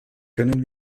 können